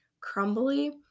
crumbly